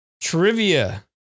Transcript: Trivia